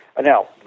Now